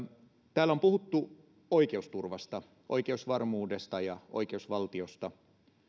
täällä on puhuttu oikeusturvasta oikeusvarmuudesta ja oikeusvaltiosta